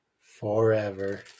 forever